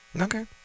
okay